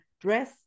dress